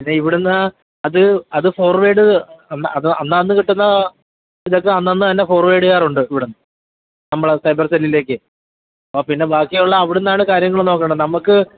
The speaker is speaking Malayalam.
പിന്നെ ഇവിടെന്ന് അത് അത് ഫോർവേഡ് ചെയ്ത അത് അന്നന്ന് കിട്ടുന്ന ഇതൊക്കെ അന്നന്ന് തന്നെ ഫോർവേർഡെ ചെയ്യാറുണ്ട് ഇവിടെന്ന് നമ്മൾ സൈബർ സെല്ലിലേക്കേ ആ പിന്നെ ബാക്കിയുള്ള അവിടുന്നാണ് കാര്യങ്ങൾ നോക്കേണ്ടത് നമുക്ക്